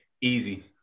Easy